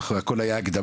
עד עכשיו זאת הייתה הקדמה.